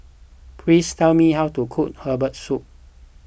please tell me how to cook Herbal Soup